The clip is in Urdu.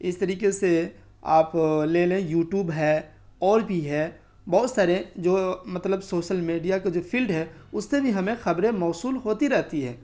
اس طریقے سے آپ لے لیں یوٹوب ہے اور بھی ہے بہت سارے جو مطلب سوسل میڈیا کا جو فیلڈ ہے اس سے بھی ہمیں خبریں موصول ہوتی رہتی ہیں